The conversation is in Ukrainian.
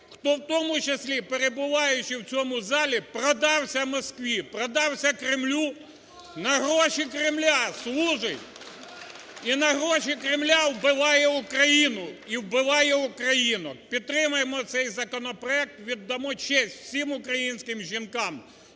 хто в тому числі перебуваючи в цьому залі, продався Москві, продався Кремлю, на гроші Кремля служить і на гроші Кремля вбиває Україну і вбиває українок. Підтримаймо цей законопроект, віддамо честь всім українським жінкам,